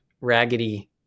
raggedy